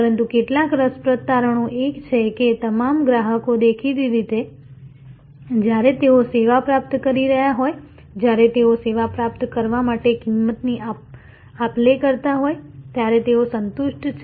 પરંતુ કેટલાક રસપ્રદ તારણો એ છે કે તમામ ગ્રાહકો દેખીતી રીતે જ્યારે તેઓ સેવા પ્રાપ્ત કરી રહ્યા હોય જ્યારે તેઓ સેવા પ્રાપ્ત કરવા માટે કિંમતની આપલે કરતા હોય ત્યારે તેઓ સંતુષ્ટ છે